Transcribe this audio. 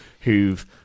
who've